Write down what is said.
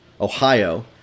Ohio